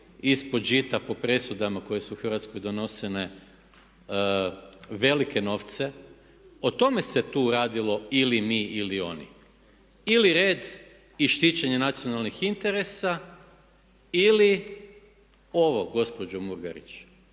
ispod žita po presudama koje su u Hrvatskoj donosile velike novce. O tome se tu radilo, ili mi ili oni. Ili red i štićenje nacionalnih interesa ili ovo gospođo Murganić,